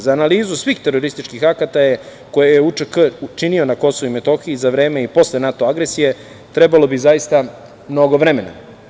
Za analizu svih terorističkih akata koje je UČK učinio na KiM za vreme i posle NATO agresije trebalo bi zaista mnogo vremena.